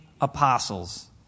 apostles